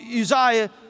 Uzziah